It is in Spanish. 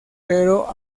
pero